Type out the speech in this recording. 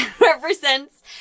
represents